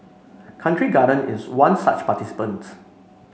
Country Garden is one such participant